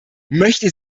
möchte